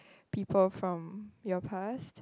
people from your past